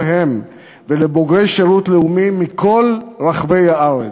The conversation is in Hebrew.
הם ולבוגרי שירות לאומי מכל רחבי הארץ.